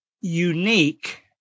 unique